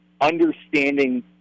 understanding